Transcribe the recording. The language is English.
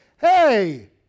Hey